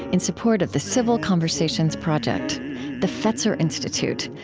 in support of the civil conversations project the fetzer institute,